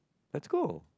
let's go